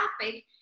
traffic